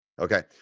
Okay